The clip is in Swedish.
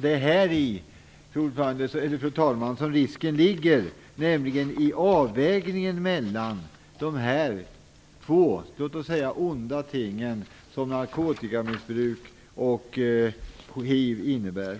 Det är häri, fru talman, som risken ligger, nämligen i avvägningen mellan de två, låt oss säga, onda ting som narkotikamissbruk och hiv innebär.